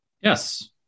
Yes